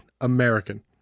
American